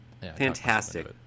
Fantastic